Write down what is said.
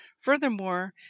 Furthermore